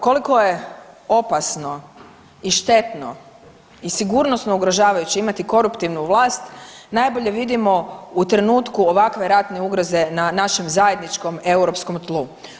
Koliko je opasno i štetno i sigurnosno ugrožavajuće imati koruptivnu vlast najbolje vidimo u trenutku ovakve ratne ugroze na našem zajedničkom europskom tlu.